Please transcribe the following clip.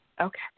okay